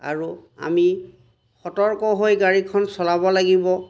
আৰু আমি সতৰ্ক হৈ গাড়ীখন চলাব লাগিব